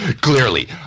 clearly